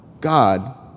God